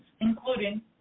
including